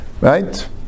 Right